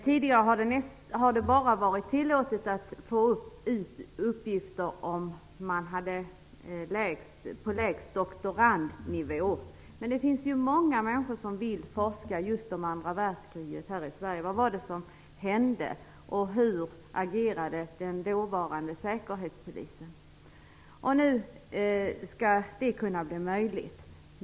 Tidigare har det bara varit tillåtet att få ut uppgifter om man har befunnit sig på lägst doktorandnivå. Men det finns många människor här i Sverige som vill forska just om andra världskriget. Vad var det som hände? Hur agerade den dåvarande Säkerhetspolisen? Nu skall detta bli möjligt.